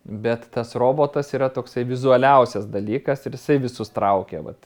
bet tas robotas yra toksai vizualiausias dalykas ir jisai visus traukia vat